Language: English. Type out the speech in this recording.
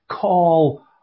call